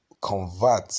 convert